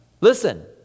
Listen